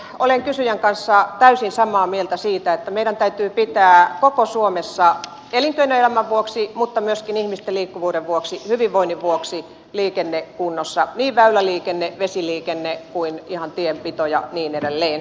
olen kysyjän kanssa täysin samaa mieltä siitä että meidän täytyy pitää koko suomessa elinkeinoelämän vuoksi mutta myöskin ihmisten liikkuvuuden vuoksi hyvinvoinnin vuoksi liikenne kunnossa niin väyläliikenne vesiliikenne kuin ihan tienpitokin ja niin edelleen